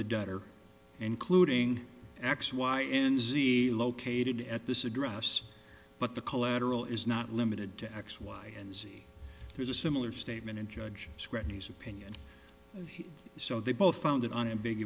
the debtor including x y n z located at this address but the collateral is not limited to x y and z there's a similar statement in judge scrutinies opinion so they both found it unambig